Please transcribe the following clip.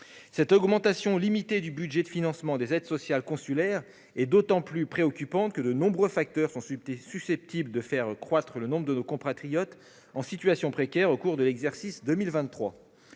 Cette augmentation limitée du budget de financement des aides sociales consulaires est d'autant plus préoccupante que de nombreux facteurs sont susceptibles de faire croître le nombre de nos compatriotes en situation précaire au cours de l'exercice 2023.